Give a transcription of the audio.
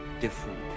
different